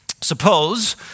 Suppose